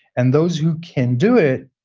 and those who can do it,